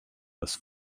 was